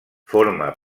forma